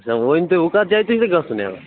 اَچھا ؤنتو وَ کَتھ جایہِ گَژھُن